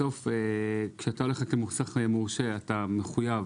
בסוף כשאתה הולך למוסך מורשה אתה מחויב